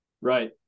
Right